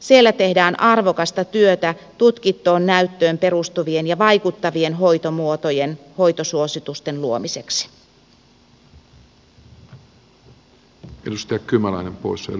siellä tehdään arvokasta työtä tutkittuun näyttöön perustuvien ja vaikuttavien hoitomuotojen hoitosuositusten luomiseksi